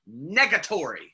Negatory